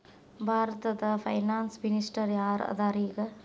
ಭಾರತದ finance minister ಯಾರ್ ಅದರ ಈಗ?